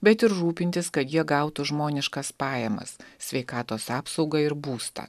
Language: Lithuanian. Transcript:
bet ir rūpintis kad jie gautų žmoniškas pajamas sveikatos apsaugą ir būstą